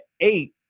eight